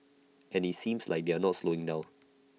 and IT seems like they're not slowing down